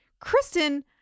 Kristen